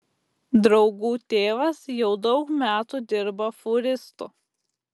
draugų tėvas jau daug metų dirba fūristu